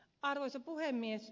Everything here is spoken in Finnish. arvoisa puhemies